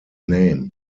name